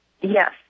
Yes